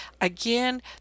Again